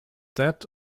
that